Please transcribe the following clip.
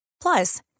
Plus